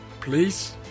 please